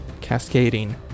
cascading